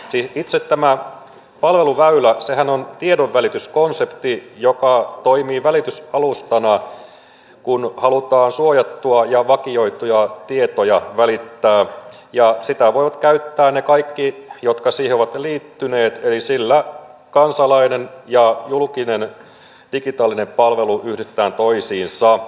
siis itse tämä palveluväylähän on tiedonvälityskonsepti joka toimii välitysalustana kun halutaan suojattuja ja vakioituja tietoja välittää ja sitä voivat käyttää ne kaikki jotka siihen ovat liittyneet eli sillä kansalainen ja julkinen digitaalinen palvelu yhdistetään toisiinsa